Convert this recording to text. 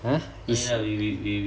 !huh! is